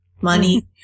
money